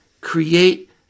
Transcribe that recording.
create